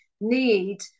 need